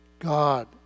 God